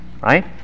Right